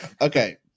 Okay